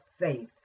faith